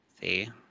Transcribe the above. See